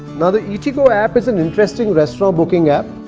now the eatigo app is an interesting restaurant booking app.